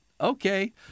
Okay